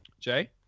Jay